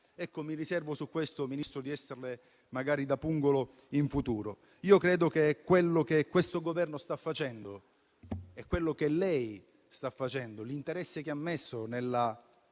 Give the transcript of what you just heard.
Mi riservo su questo, signor Ministro, di farle da pungolo in futuro. Io credo che quello che questo Governo sta facendo, quello che lei sta facendo, l'interesse che ha messo nella